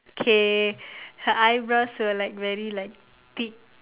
k her eyebrows were like very like thick